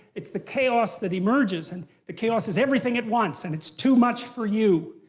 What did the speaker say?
it's the chaos that emerges. and the chaos is everything at once, and it's too much for you.